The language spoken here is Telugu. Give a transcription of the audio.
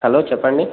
హలో చెప్పండి